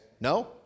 No